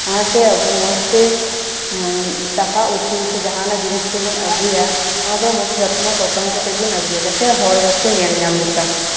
ᱦᱚᱨ ᱛᱮ ᱟᱹᱜᱩ ᱢᱚᱸᱡᱽ ᱛᱮ ᱫᱟᱠᱟ ᱩᱛᱩ ᱥᱮ ᱡᱟᱦᱟᱱᱟᱜ ᱡᱤᱱᱤᱥ ᱠᱚᱵᱚᱱ ᱟᱹᱜᱩᱭᱟ ᱚᱱᱟ ᱫᱚ ᱢᱚᱸᱡᱽ ᱛᱮ ᱡᱚᱛᱱᱚ ᱯᱚᱴᱚᱢ ᱠᱟᱛᱮᱫ ᱵᱚᱱ ᱟᱹᱜᱩᱭᱼᱢᱟ ᱡᱟᱛᱮ ᱦᱚᱲ ᱵᱟᱠᱚ ᱧᱮᱞ ᱧᱟᱢ ᱞᱮᱠᱟ